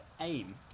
aim